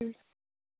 হয়